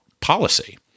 policy